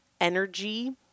energy